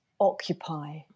occupy